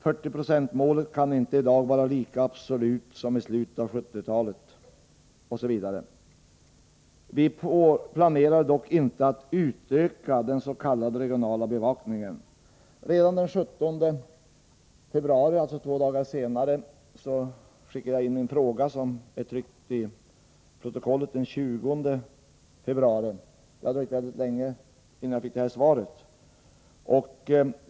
40-procentmålet kan i dag inte vara lika absolut som i slutet av 1970-talet. ——— Vi planerar dock inte att utöka den s.k. regionala bevakningen.” Redan den 17 februari, alltså två dagar senare, ställde jag min fråga, som är tryckt i protokollet för den 20 februari. Det har dröjt väldigt länge innan jag fått det här svaret.